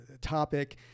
topic